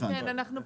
הבנתי.